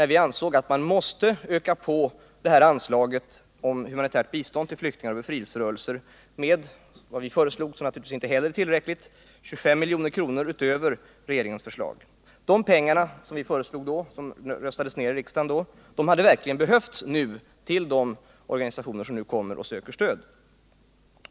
Vi ansåg att man måste öka anslaget för humanitärt bistånd till flyktingar och befrielserörelser med 25 milj.kr. — vilket naturligtvis inte heller är tillräckligt — utöver regeringens förslag. Vårt förslag röstades ned av riksdagen. De pengarna hade verkligen behövts nu till de organisationer som kommer och söker stöd.